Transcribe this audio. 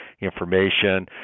information